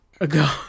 ago